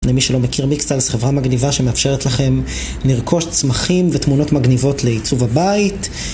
למי שלא מכיר Mixtiles, חברה מגניבה שמאפשרת לכם לרכוש צמחים ותמונות מגניבות לעיצוב הבית